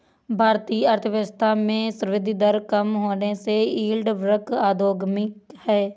भारतीय अर्थव्यवस्था में संवृद्धि दर कम होने से यील्ड वक्र अधोगामी है